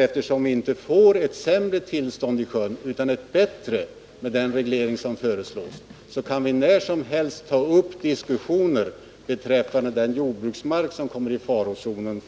Eftersom vi inte får ett sämre tillstånd i sjön, utan ett bättre med den reglering som föreslås, kan vi när som helst ta upp diskussioner beträffande den jordbruksmark som för framtiden kommer i farozonen.